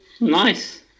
Nice